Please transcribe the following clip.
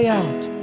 out